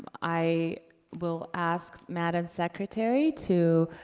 i will ask madame secretary to,